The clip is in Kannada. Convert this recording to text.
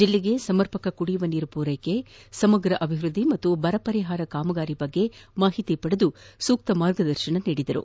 ಜಿಲ್ಲೆಗೆ ಸಮರ್ಪಕ ಕುಡಿಯುವ ನೀರು ಪೂರೈಕೆ ಸಮಗ್ರ ಅಭಿವೃದ್ವಿ ಹಾಗೂ ಬರ ಪರಿಹಾರ ಕಾಮಗಾರಿಗಳ ಬಗ್ಗೆ ಮಾಹಿತಿ ಪಡೆದು ಸೂಕ್ತ ಮಾರ್ಗದರ್ಶನ ನೀಡಿದರು